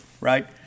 right